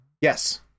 yes